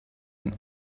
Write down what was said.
and